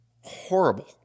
horrible